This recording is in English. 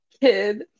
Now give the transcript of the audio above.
kid